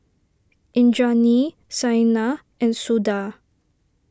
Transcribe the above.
Indranee Saina and Suda